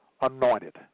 anointed